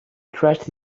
crashed